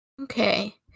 Okay